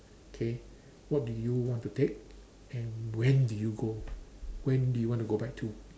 okay what do want to take and when do you go when do you want to go back to